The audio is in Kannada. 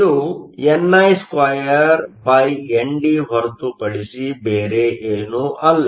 ಇದು ni2 ND ಹೊರತುಪಡಿಸಿ ಬೇರೆನು ಅಲ್ಲ